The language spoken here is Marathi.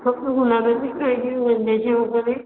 फक्त गुलाबाची पाहिजे गेंद्याची नको ते